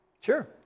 Sure